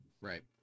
right